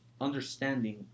understanding